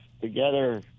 together